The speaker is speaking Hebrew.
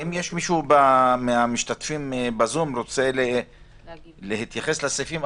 האם יש מישהו מהמשתתפים בזום שרוצה להתייחס לסעיפים,